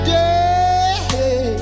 day